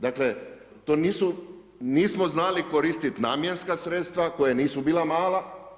Dakle nismo znali koristiti namjenska sredstva koja nisu bila mala.